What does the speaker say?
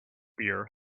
beer